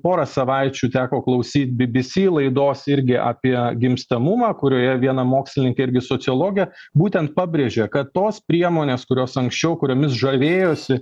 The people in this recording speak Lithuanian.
porą savaičių teko klausyti bbc laidos irgi apie gimstamumą kurioje viena mokslininkė irgi sociologė būtent pabrėžė kad tos priemonės kurios anksčiau kuriomis žavėjosi